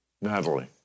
Natalie